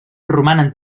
romanen